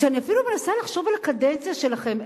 וכשאני אפילו מנסה לחשוב על הקדנציה שלכם,